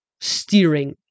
steering